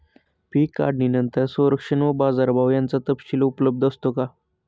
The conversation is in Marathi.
पीक काढणीनंतर संरक्षण व बाजारभाव याचा तपशील उपलब्ध असतो का?